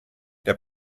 der